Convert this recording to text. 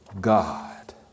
God